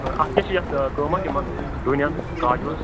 اَتھ کیٛاہ چھِ یَتھ قۭمَتھ یِمَن ڈوٗنٮ۪ن کاجوٗوَس